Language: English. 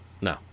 No